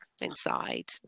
inside